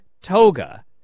toga